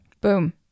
Boom